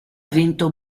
vinto